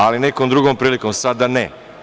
Ali, nekom drugom prilikom sada ne.